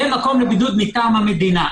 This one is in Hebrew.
זה מקום לבידוד מטעם המדינה.